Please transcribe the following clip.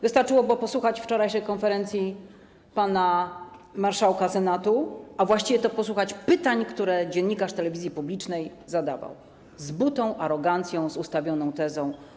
Wystarczyło posłuchać wczorajszej konferencji pana marszałka Senatu, a właściwie to posłuchać pytań, które zadawał dziennikarz telewizji publicznej - z butą, z arogancją, z ustawioną tezą.